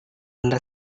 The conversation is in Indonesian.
anda